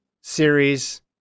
series